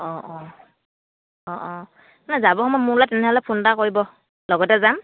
অঁ অঁ অঁ অঁ নাই যাব সময়ত মোলে তেনেহ'লে ফোন এটা কৰিব লগতে যাম